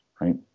right